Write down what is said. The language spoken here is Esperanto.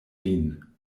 vin